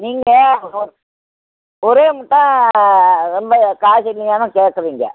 நீங்கள் ஒர் ஒரேமுட்டா ரொம்ப காஸ்ட்லி தான கேட்குறீங்க